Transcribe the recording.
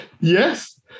Yes